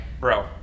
bro